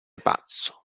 pazzo